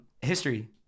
history